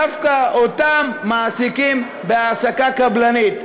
דווקא אותם מעסיקים העסקה קבלנית.